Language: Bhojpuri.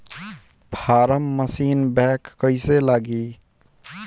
फार्म मशीन बैक कईसे लागी?